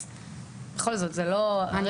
אז בכל זאת זה לא הרגע.